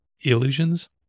illusions